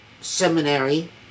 seminary